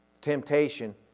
Temptation